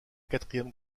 quatrième